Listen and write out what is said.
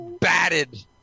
batted